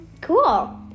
Cool